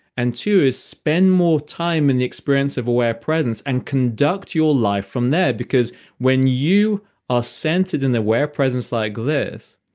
and two, is spend more time in the experience of aware presence and conduct your life from there. because when you are centered in the aware presence like this,